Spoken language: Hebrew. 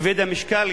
כבד המשקל,